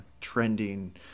trending